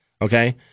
Okay